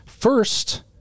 first